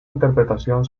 interpretación